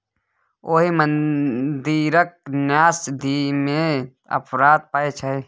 ओहि मंदिरक न्यास निधिमे अफरात पाय छै